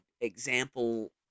example